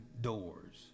Doors